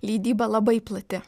leidyba labai plati